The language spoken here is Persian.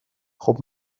خوب